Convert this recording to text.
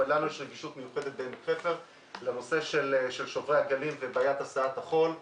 ולנו יש רגישות מיוחדת בעמק חפר לנושא של שוברי הגלים ובעיית הסעת החול.